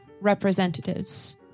representatives